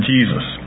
Jesus